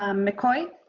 um mccoy?